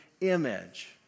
image